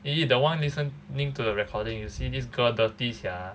!ee! the one listening to the recording you see this girl dirty sia